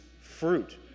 fruit